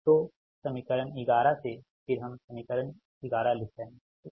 तो समीकरण 11 से फिर हम समीकरण 11 लिख रहे हैं ठीक